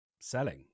selling